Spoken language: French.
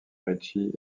richie